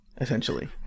essentially